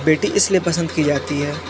बेटी इसलिए पसंद की जाती है